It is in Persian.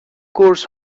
قرص